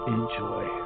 enjoy